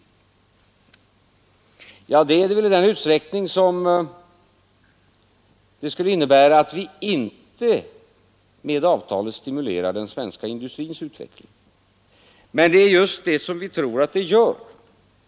Det är na — att detta avtal direkt förhindrar en svensk det i den utsträckning som det skulle innebära att vi inte med avtalet stimulerar den svenska industrins utveckling. Men det är just det vi tror att avtalet gör.